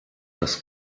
dass